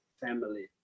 family